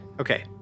Okay